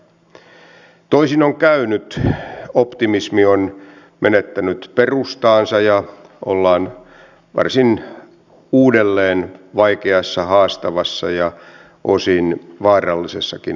haluan kiittää ministeri lindströmiä tästä selkeästä kannanotosta liittyen palkkatukeen ja starttirahaan eli siihen että näitä toimenpiteitä ei olla ajamassa alas